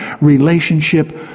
relationship